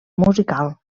musical